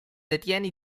detiene